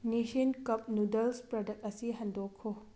Nissin cup noodles product ꯑꯁꯤ ꯍꯟꯗꯣꯛꯈꯣ